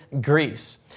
Greece